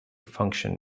function